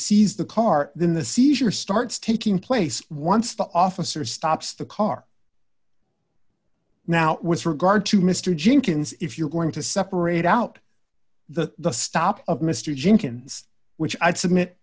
seize the car then the seizure starts taking place once the officer stops the car now with regard to mr jenkins if you're going to separate out the stop of mr jenkins which i submit